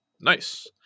Nice